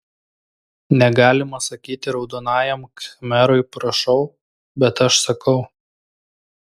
negalima sakyti raudonajam khmerui prašau bet aš sakau